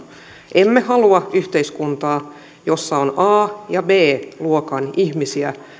emme halua yhteiskuntaa jossa on a ja b luokan ihmisiä